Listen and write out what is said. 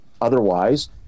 otherwise